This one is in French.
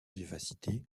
vivacité